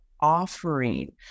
offering